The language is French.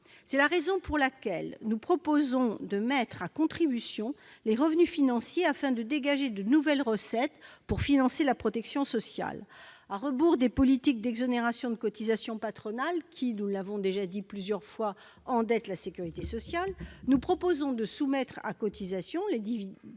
C'est la raison pour laquelle nous proposons de mettre à contribution les revenus financiers afin de dégager de nouvelles recettes pour financer la protection sociale. À rebours des politiques d'exonérations de cotisations patronales- nous avons déjà expliqué à plusieurs reprises qu'elles endettent la sécurité sociale -, nous proposons de soumettre à cotisations sociales les dividendes